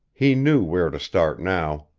he knew where to start now.